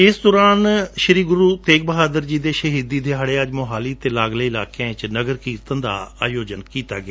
ਇਸ ਦੌਰਾਨ ਸ਼ੀ ਗੁਰੂ ਤੇਗ ਬਹਾਦਰ ਜੀ ਦੇ ਸ਼ਹੀਦੀ ਦਿਹਾੜੇ ਅੱਜ ਮੌਹਾਲੀ ਅਤੇ ਲਾਗਲੇ ਇਲਾਕਿਆਂ ਵਿਚ ਨਗਰ ਕੀਰਤਨ ਦਾ ਆਯੋਜਨ ਕੀਤਾ ਗਿਆ